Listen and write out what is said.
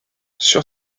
sur